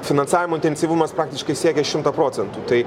finansavimo intensyvumas praktiškai siekia šimtą procentų tai